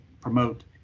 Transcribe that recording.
promote